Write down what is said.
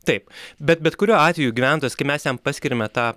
taip bet bet kuriuo atveju gyventojas kai mes jam paskiriame tą